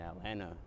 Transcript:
Atlanta